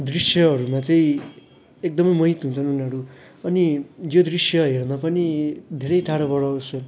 दृश्यहरूमा चाहिँ एकदमै मोहित हुन्छन् उनीहरू अनि यो दृश्य हेर्न पनि धेरै टाढाबाट आउँछ